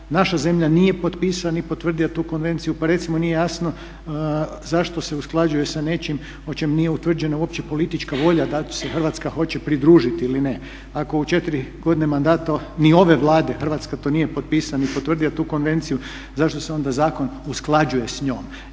Naša zemlja nije potpisala ni potvrdila tu konvenciju pa recimo nije jasno zašto se usklađuje sa nečim o čemu nije utvrđena uopće politička volja da li se Hrvatska hoće pridružiti ili ne. Ako u četiri godine mandata ni ove Vlade Hrvatska nije potpisala ni potvrdila tu konvenciju zašto se onda zakon usklađuje s njom?